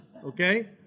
Okay